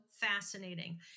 fascinating